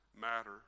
matter